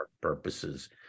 purposes